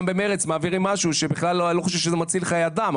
שם מעבירים במרץ משהו שאני בכלל לא חושב שמציל חיי אדם,